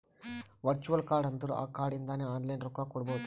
virtual card ಅಂದುರ್ ಆ card ಇಂದಾನೆ ಆನ್ಲೈನ್ ರೊಕ್ಕಾ ಕೊಡ್ಬೋದು